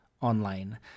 online